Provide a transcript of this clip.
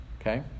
okay